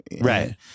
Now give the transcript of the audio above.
Right